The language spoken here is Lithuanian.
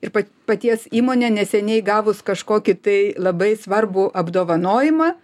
ir pat paties įmonę neseniai gavus kažkokį tai labai svarbų apdovanojimą